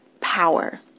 power